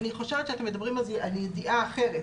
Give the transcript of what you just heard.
אני חושבת שאתם מדברים על ידיעה אחרת.